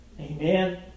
Amen